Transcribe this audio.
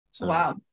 Wow